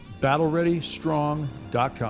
BattleReadyStrong.com